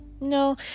No